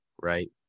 right